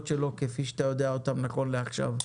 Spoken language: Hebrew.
שלו כפי שאתה יודע אותם נכון לעכשיו.